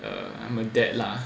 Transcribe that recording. I'm a dad lah